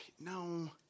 No